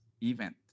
event